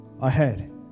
ahead